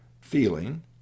feeling